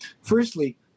Firstly